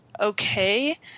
okay